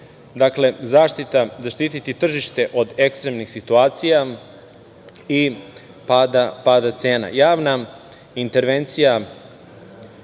dakle, zaštiti tržište od ekstremnih situacija i pada cena. Javna intervencija,